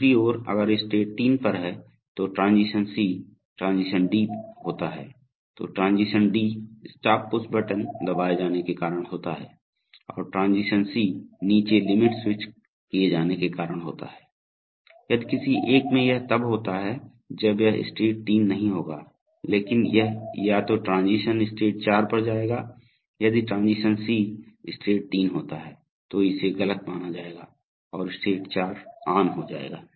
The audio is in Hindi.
दूसरी ओर अगर स्टेट 3 पर है तो ट्रांजीशन सी या ट्रांजीशन डी होता है तो transition D stop push button दबाए जाने के कारण होता है और ट्रांजीशन सी नीचे लिमिट स्विच किए जाने के कारण होता है यदि किसी एक में यह तब होता है जब यह स्टेट 3 नहीं होगा लेकिन यह या तो ट्रांजीशन स्टेट 4 पर जाएगा यदि ट्रांजीशन सी स्टेट 3 होता है तो इसे गलत माना जाएगा और स्टेट 4 ऑन हो जाएगा